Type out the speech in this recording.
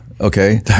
okay